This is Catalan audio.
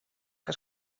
que